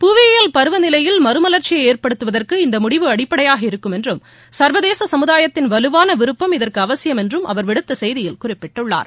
புவியியல் பருவநிலையில் மறுமல்ச்சியை ஏற்படுத்துவதற்கு இந்த முடிவு அடிப்படையாக இருக்கும் என்றும் சா்வதேச சமுதாயத்தின் வலுவாள விருப்பம் இதற்கு அவசியம் என்றும் அவர் விடுத்த செய்தியில் குறிப்பிட்டுள்ளார்